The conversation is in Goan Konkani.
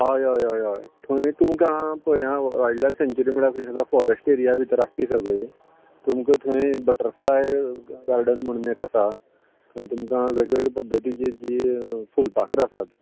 हय हय हय होय थंय तुमका पळय आं वायल्ड लायफ सँच्यूरी म्हळ्यार ती जागा फाॅरॅस्ट एरिया भितर आसा ती सगळी तुमका थंय बटरफ्लाय गार्डन म्हुणून एक आसा थंय तुमका वेगवेगळे पद्दतीचे जे फुलपाखरा आसात